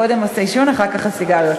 קודם העישון ואחר כך הגרעינים.